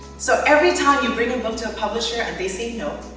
so, every time you bring a book to a publisher, and they say no,